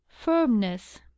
firmness